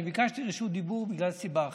אני ביקשתי רשות דיבור מסיבה אחרת.